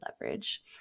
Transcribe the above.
leverage